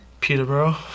Peterborough